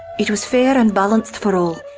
it was fair and balanced for all.